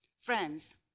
Friends